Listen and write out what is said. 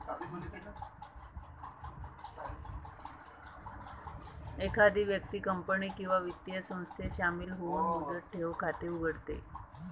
एखादी व्यक्ती कंपनी किंवा वित्तीय संस्थेत शामिल होऊन मुदत ठेव खाते उघडते